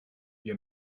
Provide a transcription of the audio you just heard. wir